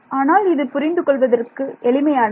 ஆனால் இது புரிந்துகொள்வதற்கு எளிமையானது